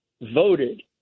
voted